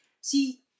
See